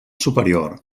superior